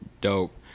dope